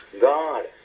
God